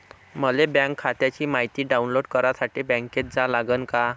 मले बँक खात्याची मायती डाऊनलोड करासाठी बँकेत जा लागन का?